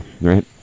right